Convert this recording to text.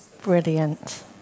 Brilliant